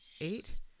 Eight